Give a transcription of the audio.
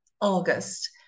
August